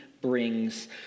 brings